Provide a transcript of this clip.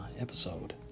episode